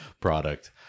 product